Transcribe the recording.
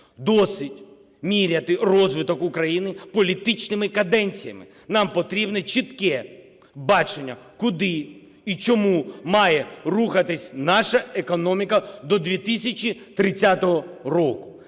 досить міряти розвиток України політичними каденціями. Нам потрібне чітке бачення, куди і чому має рухатись наша економіка до 2030 року.